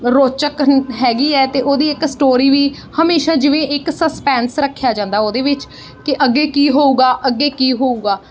ਰੋਚਕ ਹੈਗੀ ਹੈ ਅਤੇ ਉਹਦੀ ਇੱਕ ਸਟੋਰੀ ਵੀ ਹਮੇਸ਼ਾ ਜਿਵੇਂ ਇੱਕ ਸਸਪੈਂਸ ਰੱਖਿਆ ਜਾਂਦਾ ਉਹਦੇ ਵਿੱਚ ਕਿ ਅੱਗੇ ਕੀ ਹੋਊਗਾ ਅੱਗੇ ਕੀ ਹੋਊਗਾ